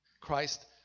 Christ